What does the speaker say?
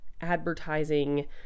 advertising